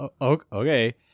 okay